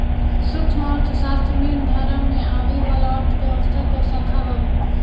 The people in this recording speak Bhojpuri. सूक्ष्म अर्थशास्त्र मेन धारा में आवे वाला अर्थव्यवस्था कअ शाखा हवे